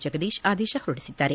ಜಗದೀಶ್ ಆದೇಶ ಹೊರಡಿಸಿದ್ದಾರೆ